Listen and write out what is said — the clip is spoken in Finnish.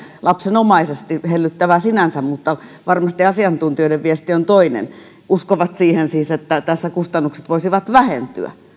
lapsenomaisesti hellyttävää sinänsä mutta varmasti asiantuntijoiden viesti on toinen siihen että tässä kustannukset voisivat vähentyä